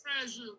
treasure